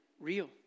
real